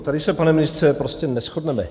Tady se, pane ministře, prostě neshodneme.